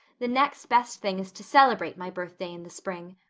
the next best thing is to celebrate my birthday in the spring.